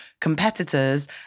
competitors